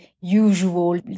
usual